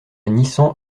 nissan